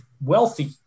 wealthy